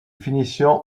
finitions